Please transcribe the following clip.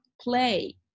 play